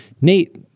Nate